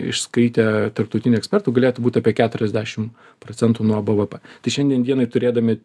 išskaitę tarptautinių ekspertų galėtų būt apie keturiasdešim procentų nuo bvp tai šiandien dienai turėdami